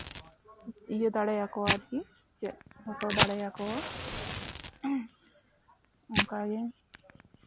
ᱤᱭᱟᱹ ᱫᱟᱲᱮᱭᱟᱠᱚᱣᱟ ᱟᱨᱠᱤ ᱪᱮᱫ ᱦᱚᱴᱚ ᱫᱟᱲᱮᱭᱟᱠᱚᱣᱟ ᱚᱱᱠᱟᱜᱮ